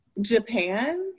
Japan